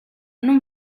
non